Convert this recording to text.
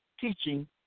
teaching